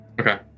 Okay